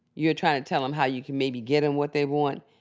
you're tryna tell them how you can maybe get them what they want.